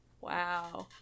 wow